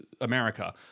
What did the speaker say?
America